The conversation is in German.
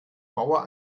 bauer